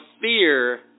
fear